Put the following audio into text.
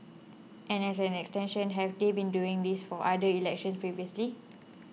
and as an extension have they been doing this for other elections previously